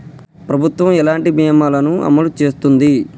ప్రభుత్వం ఎలాంటి బీమా ల ను అమలు చేస్తుంది?